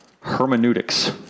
hermeneutics